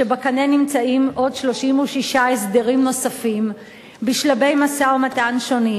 שבקנה נמצאים 36 הסדרים נוספים בשלבי משא-ומתן שונים.